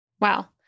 Wow